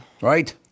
Right